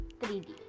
3D